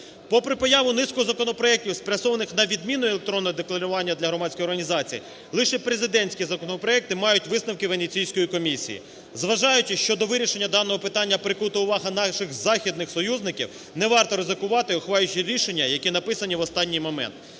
Попри появу низки законопроектів, спрямованих на відміну електронного декларування для громадської організації, лише президентські законопроекти мають висновки Венеціанської комісії. Зважаючи, що до вирішення даного питання прикута увага наших західних союзників, не варто ризикувати, ухвалюючи рішення, які написані в останній момент.